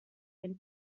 and